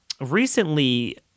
Recently